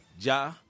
Ja